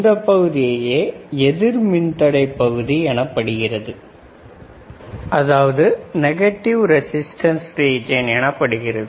இந்த பகுதியே எதிர் மின்தடை பகுதி எனப்படுகிறது